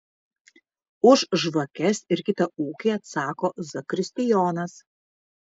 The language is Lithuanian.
už žvakes ir kitą ūkį atsako zakristijonas